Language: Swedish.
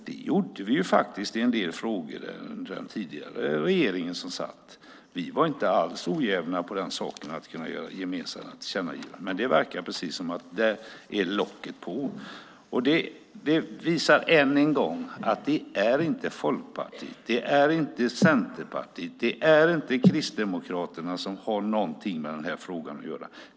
Det gjorde vi faktiskt i en del frågor när den tidigare regeringen satt. Vi var inte alls oävna när det gällde att göra gemensamma tillkännagivanden, men det verkar precis som att locket är på här. Det visar än en gång att det inte är Folkpartiet, Centerpartiet eller Kristdemokraterna som har någonting med denna fråga att göra.